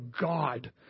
God